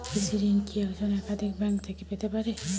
কৃষিঋণ কি একজন একাধিক ব্যাঙ্ক থেকে পেতে পারে?